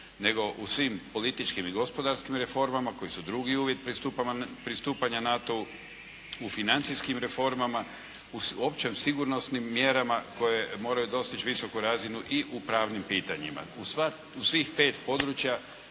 nego u svim političkim i gospodarskim reformama koji su drugi uvjet pristupanja NATO-a, u financijskim reformama, u opće sigurnosnim mjerama koje moraju dostići visoku razinu i u pravnim pitanjima. U svih pet područja